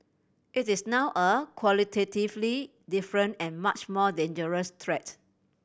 it is now a qualitatively different and much more dangerous threat